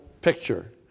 picture